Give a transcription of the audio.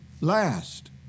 last